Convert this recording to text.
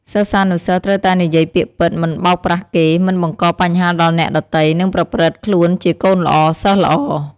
សិស្សានុសិស្សត្រូវតែនិយាយពាក្យពិត មិនបោកប្រាស់គេ មិនបង្កបញ្ហាដល់អ្នកដទៃ និងប្រព្រឹត្តខ្លួនជាកូនល្អ សិស្សល្អ។